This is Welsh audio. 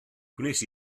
gwnes